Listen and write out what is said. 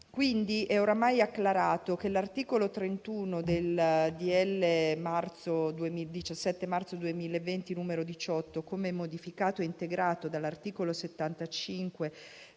Quindi è oramai acclarato che l'articolo 31 del decreto-legge 17 marzo 2020, n. 18, come modificato e integrato dall'articolo 75